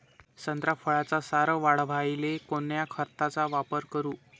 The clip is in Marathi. संत्रा फळाचा सार वाढवायले कोन्या खताचा वापर करू?